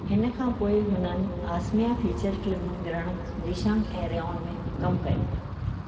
हिन खां पोइ हुननि आसमिया फ़ीचर फ़िल्मुनि ग्रहण रिशांग ऐं रिआउन में कमु कयो